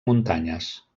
muntanyes